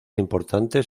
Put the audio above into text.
importantes